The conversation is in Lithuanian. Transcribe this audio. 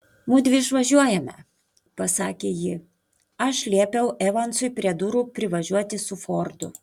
mudvi išvažiuojame pasakė ji aš liepiau evansui prie durų privažiuoti su fordu